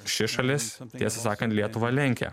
ši šalis tiesą sakant lietuvą lenkia